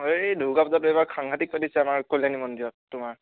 এই দুৰ্গা পূজাটো এইবাৰ সাংঘাটিক চলিছে আমাৰ কল্যাণী মন্দিৰত তোমাৰ